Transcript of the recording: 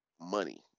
money